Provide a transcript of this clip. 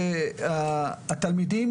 התלמידים,